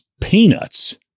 peanuts